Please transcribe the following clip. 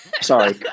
sorry